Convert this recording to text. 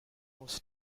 was